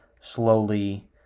slowly